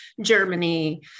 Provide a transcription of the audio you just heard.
Germany